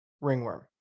Ringworm